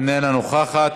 איננה נוכחת.